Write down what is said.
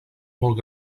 molt